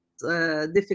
Difficult